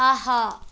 آہا